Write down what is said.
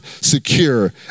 secure